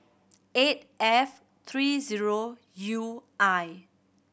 eight F three zero U I